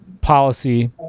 policy